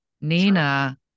Nina